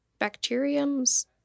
bacteriums